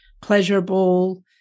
pleasurable